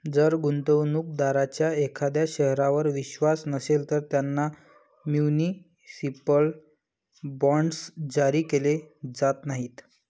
जर गुंतवणूक दारांचा एखाद्या शहरावर विश्वास नसेल, तर त्यांना म्युनिसिपल बॉण्ड्स जारी केले जात नाहीत